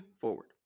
forward